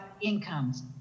incomes